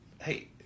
hey